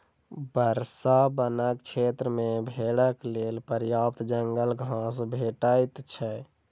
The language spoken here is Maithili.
वर्षा वनक क्षेत्र मे भेड़क लेल पर्याप्त जंगल घास भेटैत छै